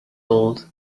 old